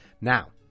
Now